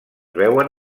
veuen